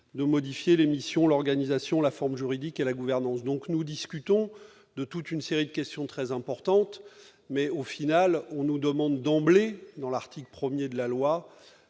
modifier les missions, l'organisation, la forme juridique et la gouvernance de la SNCF. Nous discutons de toute une série de questions très importantes, mais, au final, on nous demande d'emblée, dans l'article 1du texte,